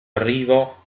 arrivo